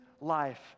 life